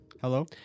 Hello